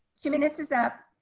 two minutes is up.